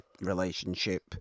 relationship